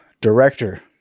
director